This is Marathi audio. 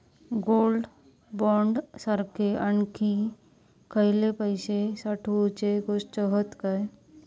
गोल्ड बॉण्ड सारखे आणखी खयले पैशे साठवूचे गोष्टी हत काय?